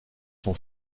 son